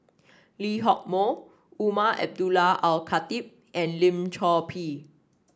Lee Hock Moh Umar Abdullah Al Khatib and Lim Chor Pee